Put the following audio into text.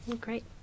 Great